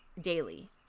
daily